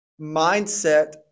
mindset